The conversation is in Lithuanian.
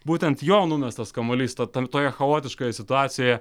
būtent jo numestas kamuolys ten toje chaotiškoje situacijoje